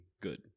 good